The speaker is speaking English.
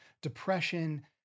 depression